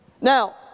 now